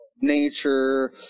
nature